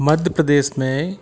मध्य प्रदेश में